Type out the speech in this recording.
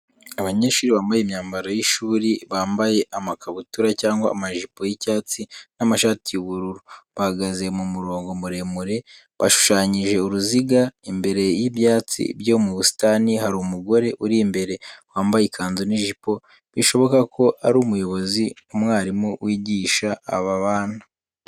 Abanyeshuri bambaye imyambaro y’ishuri. Bambaye amakabutura cyangwa amajipo y’icyatsi n'amashati y'ubururu. Bahagaze mu murongo muremure, bashushanyije uruziga, imbere y’ibyatsi byo mu busitani. Hari umugore uri imbere wambaye ikanzu n'ijipo, bishoboka ko ari umuyobozi, umwarimu w'igisha aba bana.